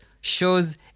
shows